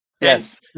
Yes